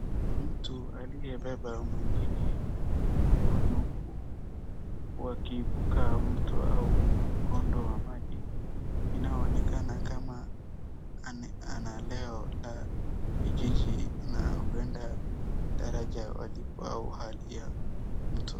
Mtu aliyebeba mwingine mgongoni huku wakivuka mto au mkondo wa maji inaoonekana kama eneo la vijiji na huenda daraja walipo au hali ya mto.